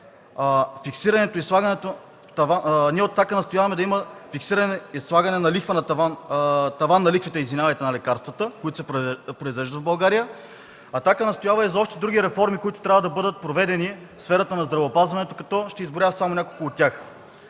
ние от „Атака” настояваме да има фиксиране, слагане таван на лихвите на лекарствата, които се произвеждат в България. „Атака” настоява и за други реформи, които трябва да бъдат проведени в сферата на здравеопазването. Ще изброя само няколко от тях: